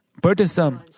burdensome